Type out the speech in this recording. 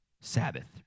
Sabbath